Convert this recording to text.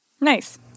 Nice